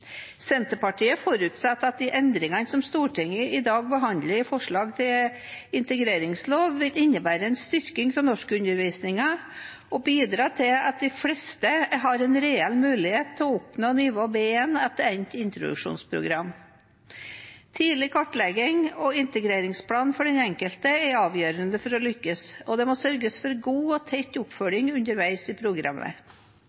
Senterpartiet forutsetter at de endringene som Stortinget i dag behandler i forslaget til integreringslov, vil innebære en styrking av norskundervisningen og bidra til at de fleste har en reell mulighet til å oppnå nivå B1 etter endt introduksjonsprogram. Tidlig kartlegging og integreringsplan for den enkelte er avgjørende for å lykkes, og det må sørges for god og tett